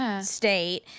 state